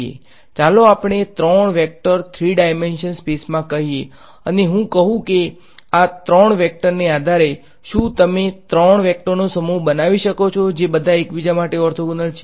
ચાલો આપણે આ 3 વેક્ટર 3 ડાયમેન્શનલ સ્પેસમા કહેયે અને હું કહું કે આ 3 વેક્ટરને આધારે શું તમે 3 વેક્ટરનો સમૂહ બનાવી શકો છો જે બધા એકબીજા માટે ઓર્થોગોનલ છે